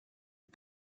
est